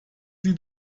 sie